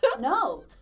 No